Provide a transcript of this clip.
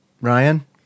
Ryan